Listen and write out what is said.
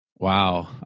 Wow